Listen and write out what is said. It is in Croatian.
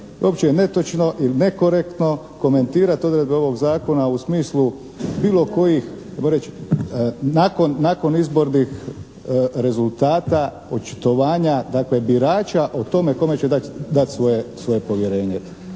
Uopće je netočno i nekorektno komentirati odredbe ovog zakona u smislu bilo kojih nakonizbornih rezultata, očitovanja dakle birača o tome kome će dati svoje povjerenje.